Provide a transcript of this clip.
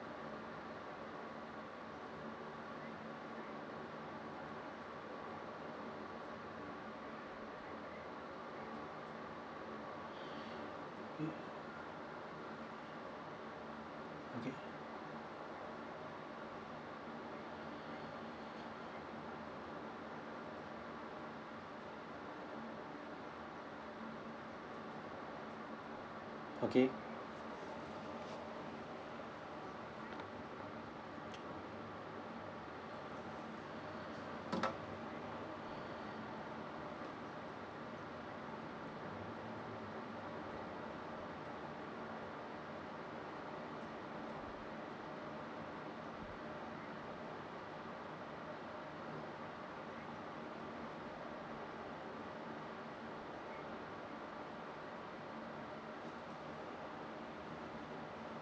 mm yeah okay